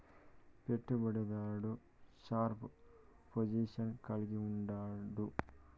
పెట్టుబడి దారుడు sharp position కలిగుండాడు